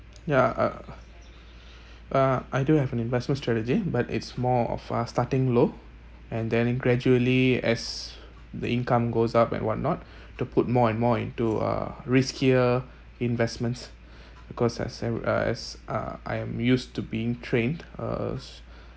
yeah uh uh I don't have an investment strategy but it's more of uh starting low and then gradually as the income goes up and whatnot to put more and more into uh riskier investments because as uh as uh I'm used to being trained uh